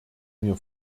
mir